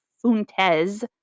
Fuentes